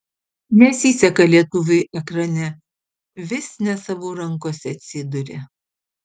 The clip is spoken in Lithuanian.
nesiseka lietuviui ekrane vis ne savų rankose atsiduria